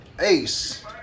Ace